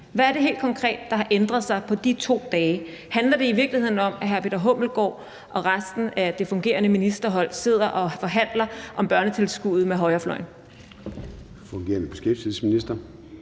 Hvad er det helt konkret, der har ændret sig på de 2 dage? Handler det i virkeligheden om, at den fungerende beskæftigelsesminister og resten af det fungerende ministerhold sidder og forhandler om børnetilskuddet med højrefløjen?